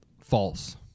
False